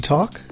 Talk